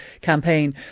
campaign